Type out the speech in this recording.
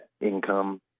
income